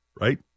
right